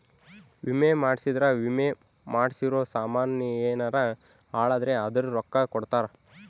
ವಿಮೆ ಮಾಡ್ಸಿದ್ರ ವಿಮೆ ಮಾಡ್ಸಿರೋ ಸಾಮನ್ ಯೆನರ ಹಾಳಾದ್ರೆ ಅದುರ್ ರೊಕ್ಕ ಕೊಡ್ತಾರ